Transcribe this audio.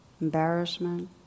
embarrassment